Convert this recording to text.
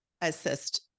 assist